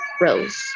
Rose